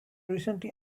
recently